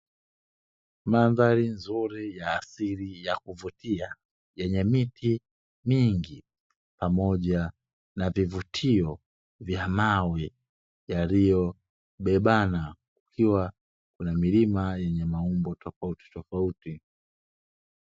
Mandhari nzuri ya asili ya kuvutia yenye miti mingi pamoja na vivutio vya mawe yaliyobebana, ikiwa kuna milima yenye maumbo tofauti tofauti.